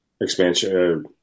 expansion